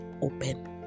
open